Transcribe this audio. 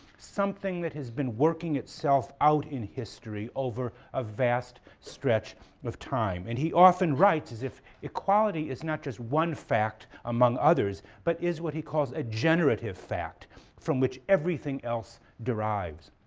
something that has been working itself out in history over a vast stretch of time, and he often writes as if equality is not just one fact among others but is what he calls a generative fact from which everything else derives.